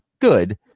good